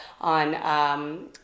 on